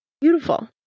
Beautiful